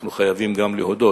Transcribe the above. אנחנו חייבים גם להודות.